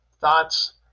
thoughts